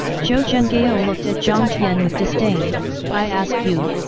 zhou zhenghao looked at jiang tian with disdain i ask you,